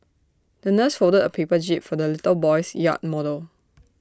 the nurse folded A paper jib for the little boy's yacht model